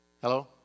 Hello